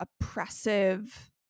oppressive